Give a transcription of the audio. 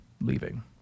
leaving